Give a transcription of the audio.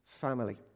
family